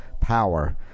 power